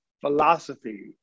philosophy